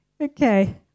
okay